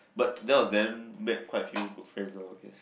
but there was then make quite feel good friend all of these